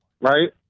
right